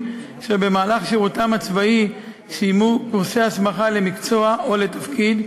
שבשירותם הצבאי סיימו קורסי הסמכה למקצוע או לתפקיד,